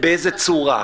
באיזו צורה?